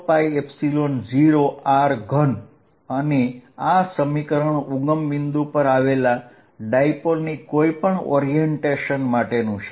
rr p4π0r3 અને આ સમીકરણ ઉગમ બિંદુ પર આવેલા ડાયપોલની કોઈપણ ગોઠવણ માટેનું છે